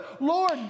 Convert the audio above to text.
Lord